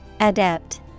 Adept